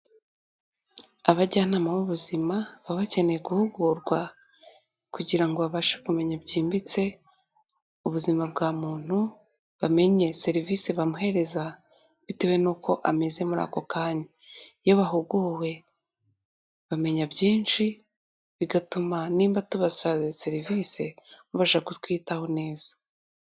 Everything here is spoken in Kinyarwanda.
Abajyanama b'ubuzima baba bakeneye guhugurwa, kugira ngo babashe kumenya byimbitse, ubuzima bwa muntu, bamenye serivisi bamuhereza, bitewe n'uko ameze muri ako kanya, iyo bahuguwe bamenya byinshi, bigatuma nimba tubasaba serivisi babasha kutwitaho neza.